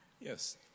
Yes